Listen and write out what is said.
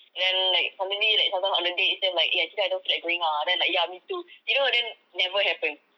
and then like suddenly like sometimes on the day itself like eh actually I don't feel like going out ah then like ya me too you know then never happens